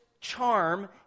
charm